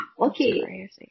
okay